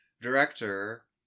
director